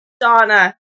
Donna